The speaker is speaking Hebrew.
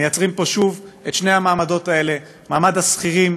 מייצרים פה שוב את שני המעמדות האלה: מעמד השכירים,